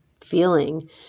feeling